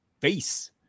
face